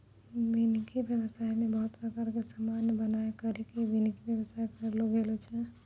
वानिकी व्याबसाय मे बहुत प्रकार रो समान बनाय करि के वानिकी व्याबसाय करलो गेलो छै